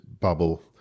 bubble